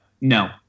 No